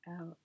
out